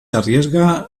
arriesga